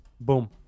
boom